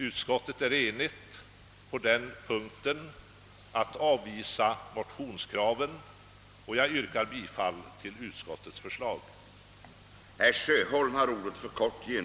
Utskottet är enigt om att avvisa motionskravet, och jag ber att få yrka bifall till utskottets hemställan.